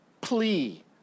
plea